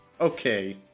okay